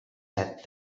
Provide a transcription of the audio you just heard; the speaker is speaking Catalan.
set